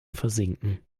versinken